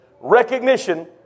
Recognition